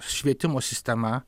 švietimo sistema